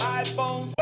iPhone